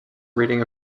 reading